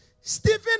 Stephen